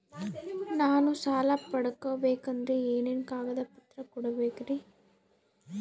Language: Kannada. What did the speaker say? ನಾನು ಸಾಲ ಪಡಕೋಬೇಕಂದರೆ ಏನೇನು ಕಾಗದ ಪತ್ರ ಕೋಡಬೇಕ್ರಿ?